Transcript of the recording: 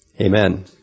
Amen